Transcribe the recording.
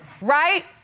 Right